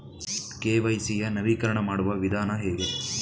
KYC ಯ ನವೀಕರಣ ಮಾಡುವ ವಿಧಾನ ಹೇಗೆ?